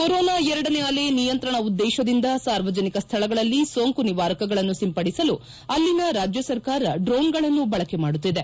corona ಎರಡನೇ ಅಲೆ ನಿಯಂತ್ರಣ ಉದ್ದೇಶದಿಂದ ಸಾರ್ವಜನಿಕ ಸ್ಥಳಗಳಲ್ಲಿ ಸೋಂಕು ನಿವಾರಕಗಳನ್ನು ಸಿಂಪಡಿಸಲು ಅಲ್ಲಿನ ರಾಜ್ಯ ಸರ್ಕಾರ ಡ್ರೋಣ್ಗಳನ್ನು ಬಳಕೆ ಮಾಡುತ್ತಿದೆ